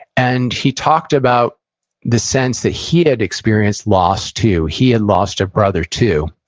and he talked about the sense that he had experienced loss too, he had lost a brother too.